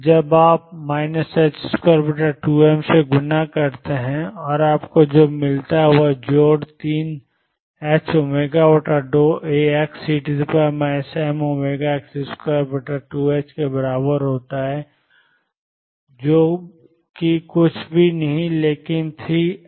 जब आप 22m से गुणा करते हैं और आपको जो मिलता है वह जोड़ 3ℏω2Axe mω2ℏx2 के बराबर होता है जो कि कुछ भी नहीं है लेकिन 3ℏω2